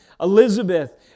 Elizabeth